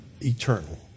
eternal